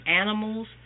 animals